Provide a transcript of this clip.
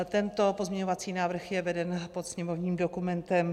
Tento pozměňovací návrh je veden pod sněmovním dokumentem 4776.